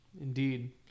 Indeed